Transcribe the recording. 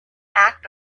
act